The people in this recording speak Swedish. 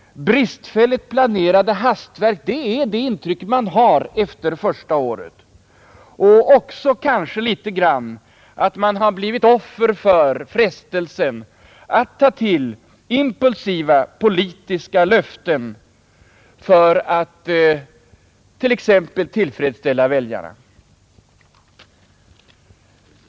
Bristfälligt planerat hastverk, det är det intryck man har efter första året, och kanske även att vederbörande fallit offer för frestelsen att ta till impulsiva politiska löften för att t.ex. tillfredsställa väljarna.